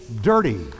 dirty